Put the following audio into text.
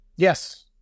Yes